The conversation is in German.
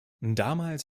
damals